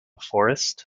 forest